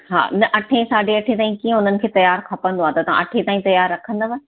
हा न अठे साढे अठे ताईं कीअं उन्हनि खे तयार खपंदो आहे त तव्हां अठे ताईं तयार रखंदव